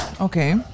Okay